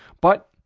but,